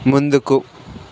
ముందుకు